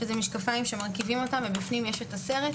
שאלה משקפיים שמרכיבים אותם ובפנים יש את הסרט.